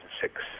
six